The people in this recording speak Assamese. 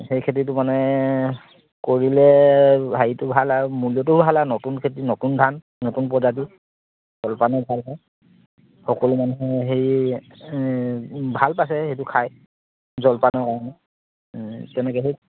সেই খেতিটো মানে কৰিলে হেৰিটো ভাল আৰু মূল্যটো ভাল হয় নতুন খেতি নতুন ধান নতুন প্ৰজাতি জলপানো ভাল পায় সকলো মানুহে হেৰি ভাল পাইছে সেইটো খায় জলপানৰ কাৰণে তেনেকৈ সেই